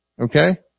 Okay